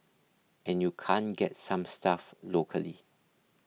and you can't get some stuff locally